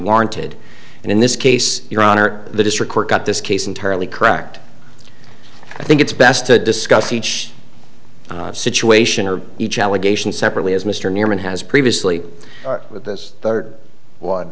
warranted and in this case your honor the district court got this case entirely cracked i think it's best to discuss each situation or each allegation separately as mr newman has previously with this third one